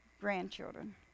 grandchildren